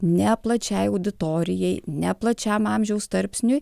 ne plačiai auditorijai ne plačiam amžiaus tarpsniui